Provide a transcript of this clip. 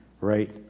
right